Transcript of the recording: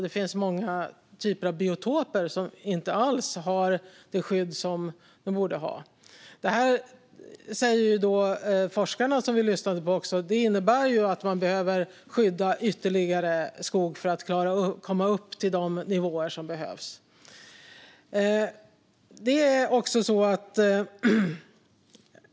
Det finns många typer av biotoper som inte alls har det skydd som de borde ha. Det säger också de forskare som vi lyssnade på. Det innebär att man behöver skydda ytterligare skog för att komma upp till de nivåer som behövs. Fru talman!